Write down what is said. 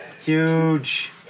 Huge